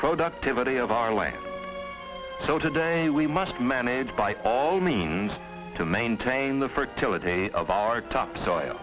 productivity of our land so today we must manage by all means to maintain the fertility of our to